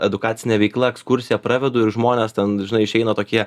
edukacinė veikla ekskursiją pravedu ir žmonės ten žinai išeina tokie